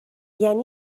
یعنی